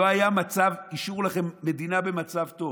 השאירו לכם מדינה במצב טוב.